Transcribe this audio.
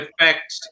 effect